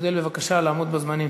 ונשתדל בבקשה לעמוד בזמנים.